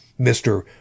Mr